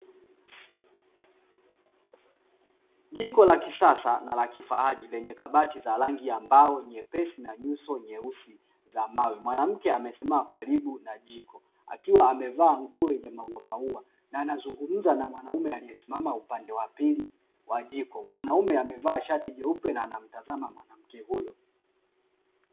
Jiko la kisasa na la kifahari lenye kabati za rangi ya mbao, nyepesi na nguzo nyeusi za mawe, mwanamke amesimama karibu na jiko akiwa amevaa nguo nyenye mauamaua na anazungumza na mwanaume aliyesimama upande wa pili wa jiko, mwanume amevaa shati jeupe na anamtazama mwanamke huyo.